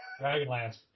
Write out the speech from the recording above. Dragonlance